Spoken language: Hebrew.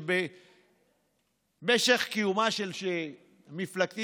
שבמשך קיומה של מפלגתי,